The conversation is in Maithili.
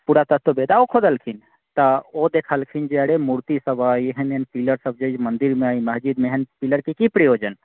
पुरातत्ववेदा ओ खोदलखिन तऽ ओ देखलखिन जे अरे मूर्ति सभ अछि एहन एहन पिलर सभ जे मन्दिरमे अछि मस्जिदमे एहन पिलरके की प्रयोजन